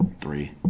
three